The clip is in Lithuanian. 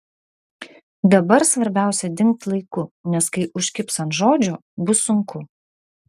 dabar svarbiausia dingt laiku nes kai užkibs ant žodžio bus sunku